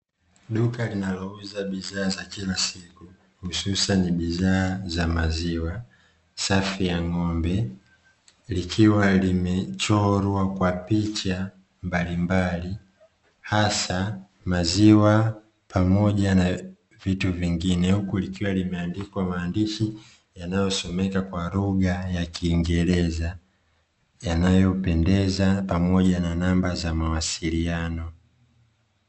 Duka linalouza bidhaa za kila siku, hususani bidhaa za maziwa safi ya ng'ombe, likiwa limechorwa kwa picha mbalimbali hasa maziwa pamoja na vitu vingine. Huku likiwa limeandikwa maandishi yanayosomeka kwa lugha ya kiingereza yanayopendeza pamoja na namba za mawasiliano.